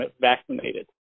vaccinated